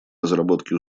разработки